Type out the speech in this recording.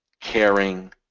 caring